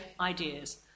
ideas